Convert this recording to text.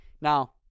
Now